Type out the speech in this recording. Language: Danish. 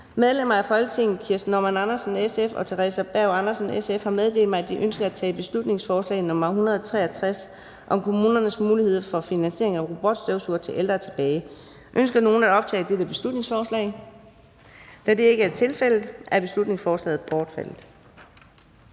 Medlemmer af Folketinget Kirsten Normann Andersen (SF) og Theresa Berg Andersen (SF) har meddelt mig, at de ønsker at tage tilbage: Forslag til folketingsbeslutning om kommunernes muligheder for finansiering af robotstøvsugere til ældre. (Beslutningsforslag nr. B 163). Ønsker nogen at optage dette beslutningsforslag? Da det ikke er tilfældet, er beslutningsforslaget bortfaldet.